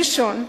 ראשון,